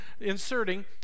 inserting